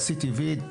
עשיתי "וי",